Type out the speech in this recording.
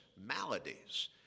maladies